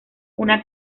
una